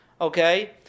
okay